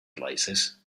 places